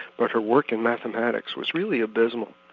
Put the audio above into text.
but her work in mathematics was really abysmal.